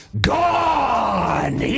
gone